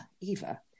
eva